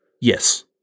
Yes